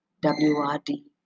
W-R-D